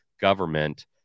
government